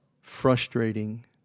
frustrating